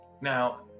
Now